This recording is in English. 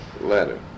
letter